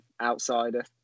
outsider